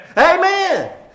Amen